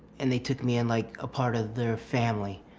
and they took me in like a part of their family.